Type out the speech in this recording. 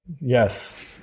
Yes